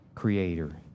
Creator